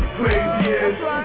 craziest